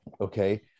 Okay